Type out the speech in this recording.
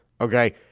Okay